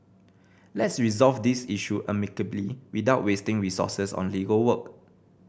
let's resolve this issue amicably without wasting resources on legal work